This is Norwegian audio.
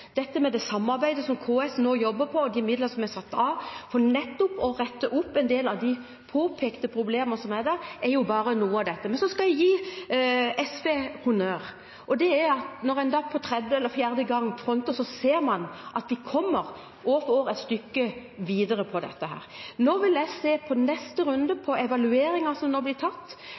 det samarbeidet som KS nå jobber med, og de midlene som er satt av for nettopp å rette opp en del av de påpekte problemene – alt dette er bare noe av det. Men jeg skal gi SV honnør: Når en tredje eller fjerde gang fronter, ser en at vi år for år kommer et stykke videre med dette. Nå vil jeg se på neste runde, på evalueringen som blir gjort bl.a. i undersøkelseskommisjonen, som nå